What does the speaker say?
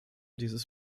dieses